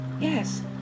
yes